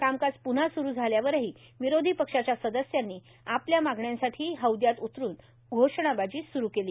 कामकाज प्न्हा स्रू झाल्यावरही विरोधी पक्षाच्या सदस्यांनी आपल्या मागण्यांसाठी हौद्यात उतरून घोषणाबाजी स्रू केली